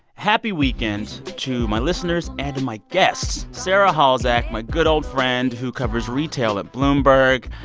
happy weekend to my listeners and my guests sarah halzack, my good old friend who covers retail at bloomberg,